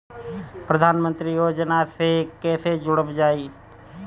प्रधानमंत्री योजना से कैसे जुड़ल जाइ?